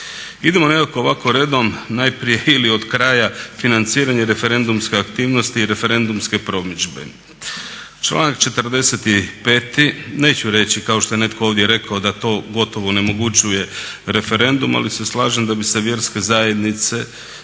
Idemo nekako ovako redom najprije, ili od kraja, financiranje referendumske aktivnosti i referendumske promidžbe. Članak 45., neću reći kao što je netko ovdje rekao da to gotovo onemogućuje referendum ali se slažem da bi se vjerske zajednice